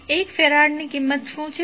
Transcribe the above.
1 ફેરાડની કિંમત શું છે